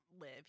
live